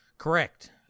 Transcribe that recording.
Correct